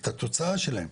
את התוצאה שלהן.